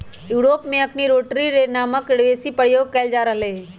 Europe में अखनि rotary रे नामके हे रेक बेशी प्रयोग कएल जा रहल हइ